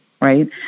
right